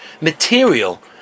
material